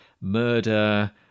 murder